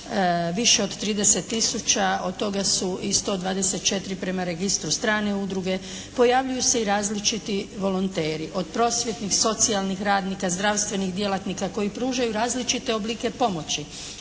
više od 30 000, od toga su i 124 prema registru strane udruge. Pojavljuju se i različiti volonteri od prosvjetnih, socijalnih radnika, zdravstvenih djelatnika koji pružaju različite oblike pomoći.